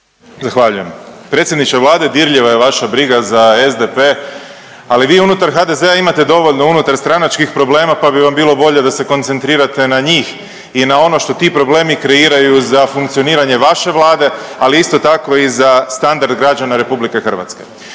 Zahvaljujem. Predsjedniče Vlade, dirljiva je vaša briga za SDP, ali vi unutar HDZ-a imate dovoljno unutarstranačkih problema pa bi vam bilo bolje da se koncentrirate na njih i na ono što ti problemi kreiraju za funkcioniranje vaše Vlade, ali isto tako i za standard građana RH.